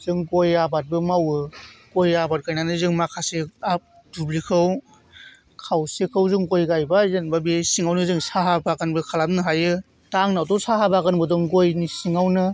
जों गय आबादबो मावो गय आबाद गायनानै जों माखासे दुब्लिखौ खावसेखौ जों गय गायबाय जेनेबा बे सिङावनो जों साहा बागानबो खालामनो हायो दा आंनियावथ' साहा बागानबो दं गयनि सिङावनो